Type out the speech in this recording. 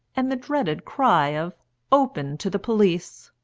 and the dreaded cry of open to the police.